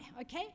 okay